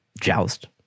joust